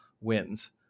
wins